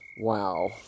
Wow